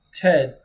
ted